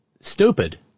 stupid